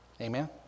Amen